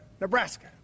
Nebraska